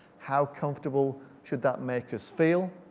how comfortable should that make us feel?